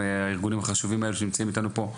מהארגונים החשובים האלה שנמצאים איתנו פה היום,